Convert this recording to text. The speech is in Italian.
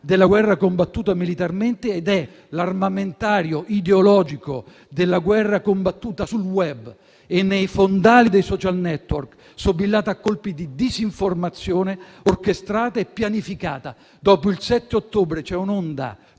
della guerra combattuta militarmente ed è l'armamentario ideologico della guerra combattuta sul *web* e nei fondali dei *social network*, sobillata a colpi di disinformazione orchestrata e pianificata. Dopo il 7 ottobre c'è un'onda